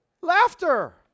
laughter